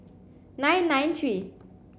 nine nine three